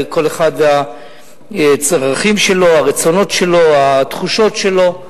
כל אחד והצרכים שלו, הרצונות שלו, התחושות שלו.